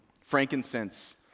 frankincense